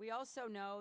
we also know